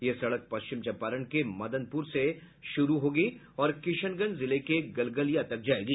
यह सड़क पश्चिम चम्पारण के मदनपुर से शुरू होगी और किशनगंज जिले के गलगलिया तक जायेगी